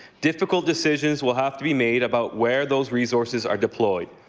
difficult decisions will have to be made about where those resources are deployed.